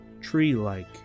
tree-like